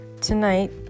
Tonight